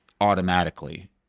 automatically